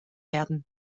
werden